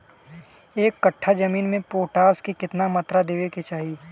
एक कट्ठा जमीन में पोटास के केतना मात्रा देवे के चाही?